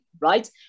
right